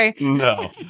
No